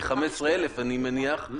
אני מניח שזה כ-15,000,